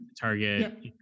target